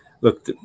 look